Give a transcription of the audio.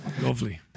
Lovely